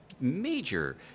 major